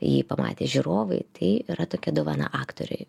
jį pamatė žiūrovai tai yra tokia dovana aktoriui